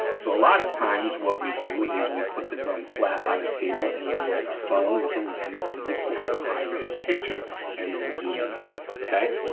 so a lot of times what we do is we put the gun flat on a table and we use our phone with the lens and we snap a high-res picture and then zoom in on it, okay?